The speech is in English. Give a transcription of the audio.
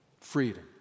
Freedom